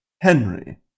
Henry